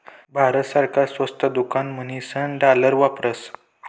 भारत सरकार स्वस्त दुकान म्हणीसन डालर वापरस